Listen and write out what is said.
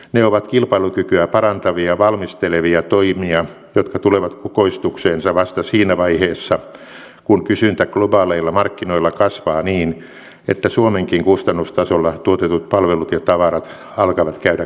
ne ovat kilpailukykyä parantavia valmistelevia toimia jotka tulevat kukoistukseensa vasta siinä vaiheessa kun kysyntä globaaleilla markkinoilla kasvaa niin että suomenkin kustannustasolla tuotetut palvelut ja tavarat alkavat käydä kaupaksi